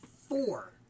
four